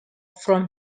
from